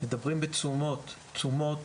מדברים בתשומות, תשומות